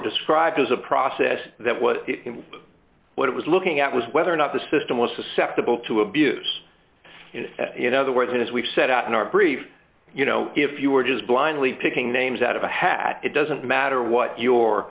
described is a process that what it was what it was looking at was whether or not the system was susceptible to abuse you know the word as we've set out in our brief you know if you were just blindly picking names out of a hat it doesn't matter what your